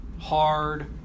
Hard